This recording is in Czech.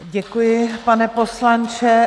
Děkuju, pane poslanče.